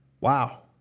Wow